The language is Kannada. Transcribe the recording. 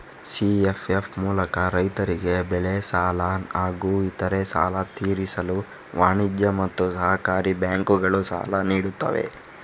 ಸಿ.ಎಫ್.ಎಫ್ ಮೂಲಕ ರೈತರಿಗೆ ಬೆಳೆ ಸಾಲ ಹಾಗೂ ಇತರೆ ಸಾಲ ತೀರಿಸಲು ವಾಣಿಜ್ಯ ಮತ್ತು ಸಹಕಾರಿ ಬ್ಯಾಂಕುಗಳು ಸಾಲ ನೀಡುತ್ತವೆ